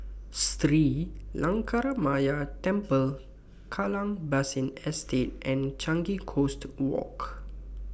Sri Lankaramaya Temple Kallang Basin Estate and Changi Coast Walk